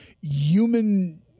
human